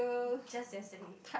just yesterday